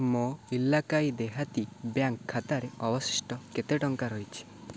ମୋ ଇଲାକାଈ ଦେହାତୀ ବ୍ୟାଙ୍କ୍ ଖାତାରେ ଅବଶିଷ୍ଟ କେତେ ଟଙ୍କା ରହିଛି